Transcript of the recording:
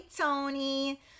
Tony